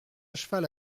cheval